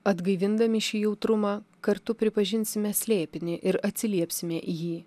atgaivindami šį jautrumą kartu pripažinsime slėpinį ir atsiliepsime į jį